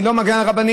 אני לא מגן על רבנים,